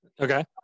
Okay